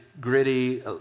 gritty